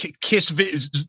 Kiss